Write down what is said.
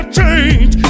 change